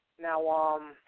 now